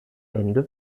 ende